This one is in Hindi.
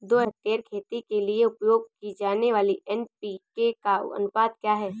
दो हेक्टेयर खेती के लिए उपयोग की जाने वाली एन.पी.के का अनुपात क्या है?